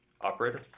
Operator